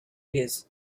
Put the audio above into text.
his